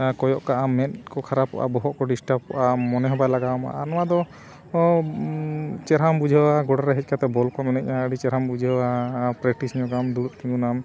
ᱠᱚᱭᱚᱜ ᱠᱟᱜᱼᱟ ᱢᱮᱫ ᱠᱚ ᱠᱷᱟᱨᱟᱯᱚᱜᱼᱟ ᱵᱚᱦᱚᱜ ᱠᱚ ᱰᱤᱥᱴᱟᱯᱚᱜᱼᱟ ᱢᱚᱱᱮ ᱦᱚᱸ ᱵᱟᱝ ᱞᱟᱜᱟᱣ ᱟ ᱱᱚᱣᱟ ᱫᱚ ᱪᱮᱦᱨᱟᱢ ᱵᱩᱡᱷᱟᱹᱣᱟ ᱜᱚᱰᱟ ᱨᱮ ᱦᱮᱡ ᱠᱟᱛᱮ ᱵᱚᱞ ᱠᱚ ᱢᱮᱱᱮᱜᱼᱟ ᱟᱹᱰᱤ ᱪᱮᱨᱦᱟᱢ ᱵᱩᱡᱷᱟᱹᱣᱟ ᱯᱨᱮᱠᱴᱤᱥ ᱧᱚᱜ ᱫᱩᱲᱩᱵ ᱛᱤᱸᱜᱩᱱᱟᱢ